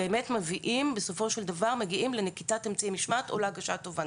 באמת מגיעים לנקיטת אמצעי המשמעת או להגשת התובענה.